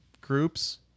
groups